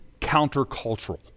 countercultural